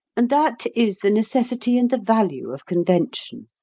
and that is the necessity and the value of convention.